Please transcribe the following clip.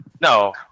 No